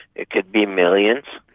it could be millions.